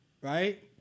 right